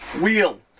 wheel